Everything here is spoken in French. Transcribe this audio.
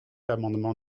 l’amendement